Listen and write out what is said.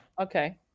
Okay